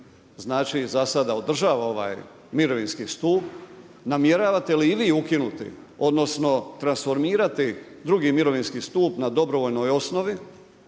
znači za sad održava ovaj mirovinski stup, namjeravate li i vi ukinuti, odnosno, transformirati 2. mirovinski stup na dobrovoljnoj osnovi